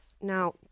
Now